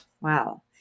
wow